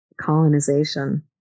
colonization